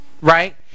right